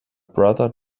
brother